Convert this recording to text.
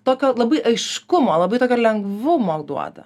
tokio labai aiškumo labai tokio lengvumo duoda